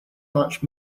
much